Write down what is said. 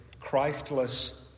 Christless